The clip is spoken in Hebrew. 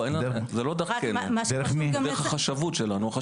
זה דרך החשבות שלנו.